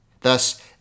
thus